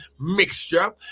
mixture